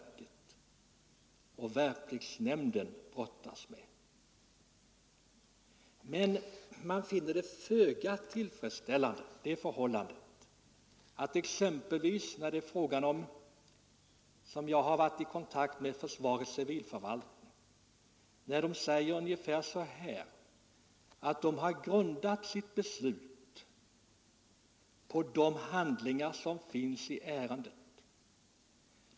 Men man finner det föga tillfredsställande att exempelvis försvarets civilförvaltning, som jag har varit i kontakt med, säger att man har grundat sitt beslut på de handlingar som finns i ärendet.